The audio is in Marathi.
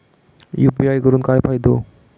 यू.पी.आय करून काय फायदो?